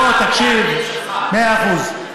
מאה אחוז.